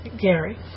Gary